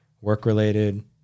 work-related